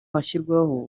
hashyirwaho